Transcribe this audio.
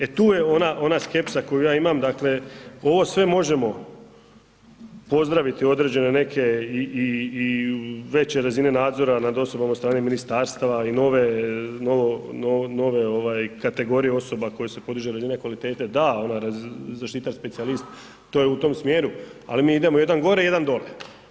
E tu je ona skepsa koju ja imam, dakle ovo sve možemo pozdraviti, određene neke i veće razine nadzora nad osobama od strane ministarstava i nove kategorije osoba na koje se podiže razine kvalitete, da, ona zaštitar-specijalist, to je u tom smjeru ali mi idemo jedan gore, jedan dole.